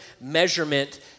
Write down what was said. measurement